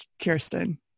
Kirsten